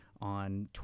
on